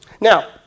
Now